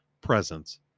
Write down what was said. presence